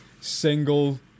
single